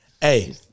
Hey